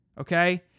Okay